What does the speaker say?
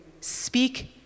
speak